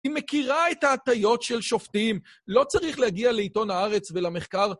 היא מכירה את ההטיות של שופטים, לא צריך להגיע לעיתון הארץ ולמחקר.